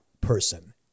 person